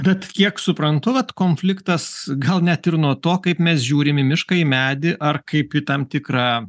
bet kiek suprantu vat konfliktas gal net ir nuo to kaip mes žiūrim į mišką į medį ar kaip į tam tikrą